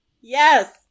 Yes